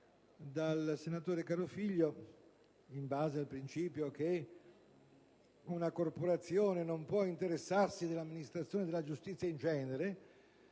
dal senatore Carofiglio, in base al principio che una corporazione non può interessarsi dell'amministrazione della giustizia in genere,